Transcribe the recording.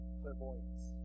clairvoyance